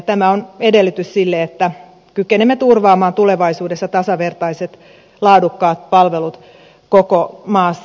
tämä on edellytys sille että kykenemme turvaamaan tulevaisuudessa tasavertaiset laadukkaat palvelut koko maassa